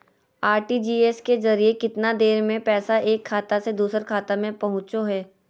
RTGS के जरिए कितना देर में पैसा एक खाता से दुसर खाता में पहुचो है?